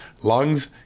lungs